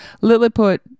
Lilliput